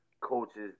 coaches